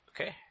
Okay